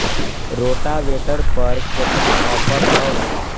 Rotavator पर केतना offer हव?